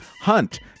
Hunt